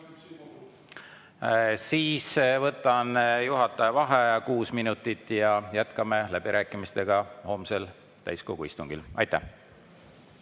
Võtan juhataja vaheaja kuus minutit ja jätkame läbirääkimistega homsel täiskogu istungil. Istung